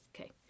Okay